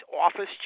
office